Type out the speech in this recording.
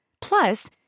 Plus